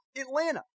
Atlanta